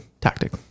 tactic